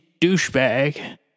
douchebag